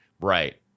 Right